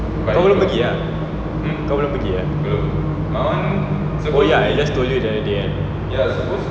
kau belum pergi ah kau belum pergi oh ya I just told you the other day